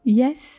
yes